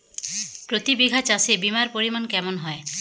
প্রতি বিঘা চাষে বিমার পরিমান কেমন হয়?